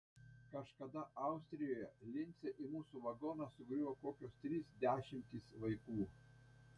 kažkada austrijoje lince į mūsų vagoną sugriuvo kokios trys dešimtys vaikų